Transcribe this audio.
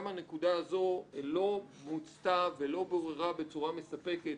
גם הנקודה הזו לא מוצתה ולא בוררה בצורה מספקת